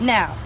Now